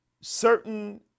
certain